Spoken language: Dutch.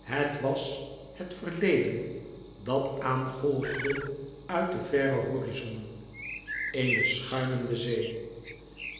het was het verleden dat aangolfde uit de louis couperus metamorfoze verre horizonnen eene schuimende zee